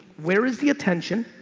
where is the attention,